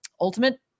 ultimate